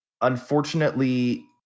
unfortunately